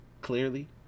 Clearly